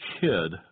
kid